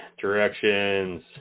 Directions